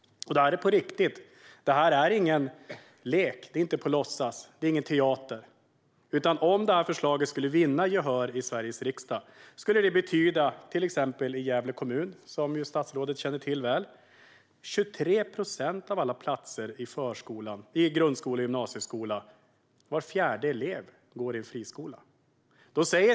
Detta är på riktigt; det är ingen låtsaslek eller teater. Om detta förslag skulle vinna gehör i Sveriges riksdag skulle det i till exempel Gävle kommun, som ju statsrådet känner väl till, beröra 23 procent av alla platser i grund och gymnasieskolan - var fjärde elev går i en friskola.